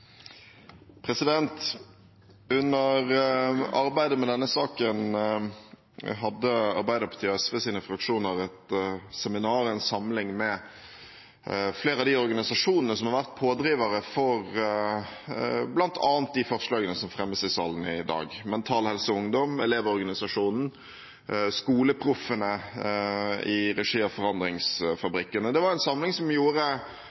Under arbeidet med denne saken hadde Arbeiderpartiets og SVs fraksjoner et seminar, en samling, med flere av de organisasjonene som har vært pådrivere for bl.a. de forslagene som fremmes i salen i dag – Mental Helse Ungdom, Elevorganisasjonen, SkoleProffene, i regi av Forandringsfabrikken. Det var en samling som gjorde